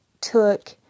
took